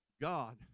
God